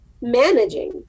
managing